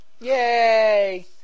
Yay